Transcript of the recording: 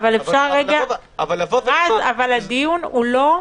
אבל הדיון כרגע,